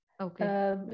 okay